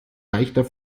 leichter